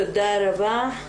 תודה רבה.